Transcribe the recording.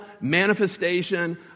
manifestation